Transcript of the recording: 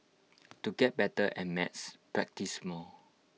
to get better at maths practise more